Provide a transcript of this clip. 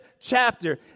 chapter